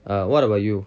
uh what about you